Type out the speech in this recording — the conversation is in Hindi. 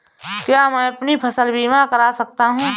क्या मैं अपनी फसल बीमा करा सकती हूँ?